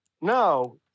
No